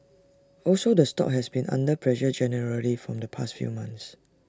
also the stock has been under pressure generally from the past few months